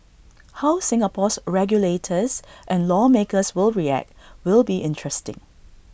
how Singapore's regulators and lawmakers will react will be interesting